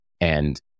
And-